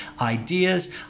ideas